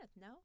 no